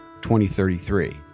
2033